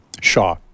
shaw